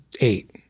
eight